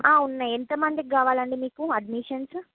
ఉన్నాయి ఎంతమందికి కావాలండి మీకు అడ్మిషన్స్